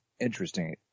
interesting